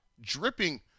dripping